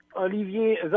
Olivier